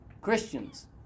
Christians